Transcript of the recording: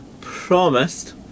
promised